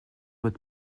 votre